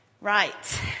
Right